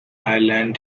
ireland